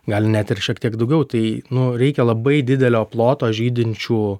gal net ir šiek tiek daugiau tai nu reikia labai didelio ploto žydinčių